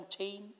17